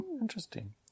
Interesting